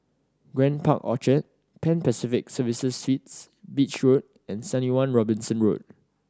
Grand Park Orchard Pan Pacific Serviced Suites Beach Road and Seventy One Robinson Road